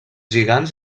lligands